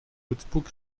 würzburg